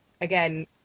again